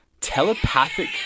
telepathic